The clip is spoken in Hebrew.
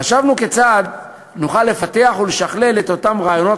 חשבנו כיצד נוכל לפתח ולשכלל את אותם רעיונות